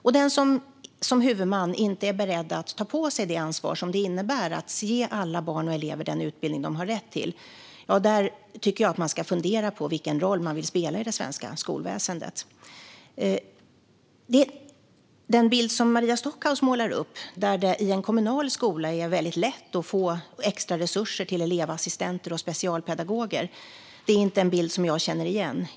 Om en huvudman inte är beredd att ta på sig det ansvar som det innebär att ge alla barn och elever den utbildning de har rätt till tycker jag att man ska fundera på vilken roll man vill spela i det svenska skolväsendet. Den bild som Maria Stockhaus målar upp, där det i en kommunal skola är väldigt lätt att få extra resurser till elevassistenter och specialpedagoger, är inte en bild som jag känner igen.